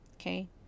Okay